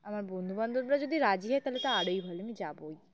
আমার বন্ধু বান্ধবরা যদি রাজি হয় তাহলে তো আরোই ভালো আমি যাবোই